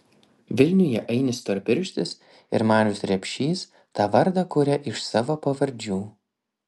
vilniuje ainis storpirštis ir marius repšys tą vardą kuria iš savo pavardžių